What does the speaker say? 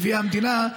לגביע המדינה,